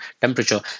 temperature